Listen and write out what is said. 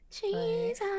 Jesus